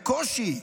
בקושי,